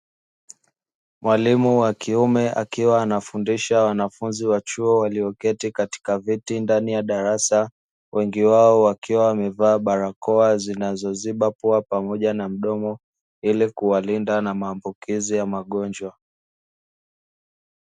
Mwalimu wa kiume akiwa anafundisha wanafunzi wa chuo walioketi katika viti ndani ya darasa, wengi wao wakiwa wamevaa barakoa zinazo zina pua pamoja na mdomo ili kuwalinda na maambuziki ya magonjwa.